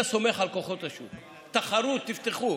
אתה סומך על כוחות השוק, תחרות, תפתחו.